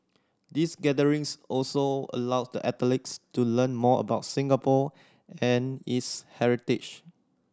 these gatherings also allow the athletes to learn more about Singapore and its heritage